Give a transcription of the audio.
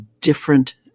different